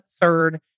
third